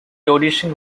audition